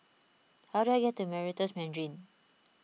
how do I get to Meritus Mandarin